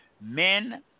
men